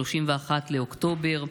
31 באוקטובר.